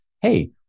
Hey